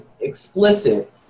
explicit